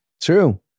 True